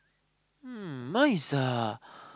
um my is a